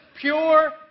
pure